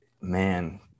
Man